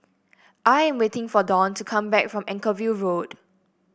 I am waiting for Dwane to come back from Anchorvale Road